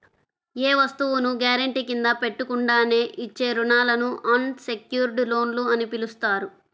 ఏ వస్తువును గ్యారెంటీ కింద పెట్టకుండానే ఇచ్చే రుణాలను అన్ సెక్యుర్డ్ లోన్లు అని పిలుస్తారు